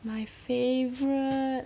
my favourite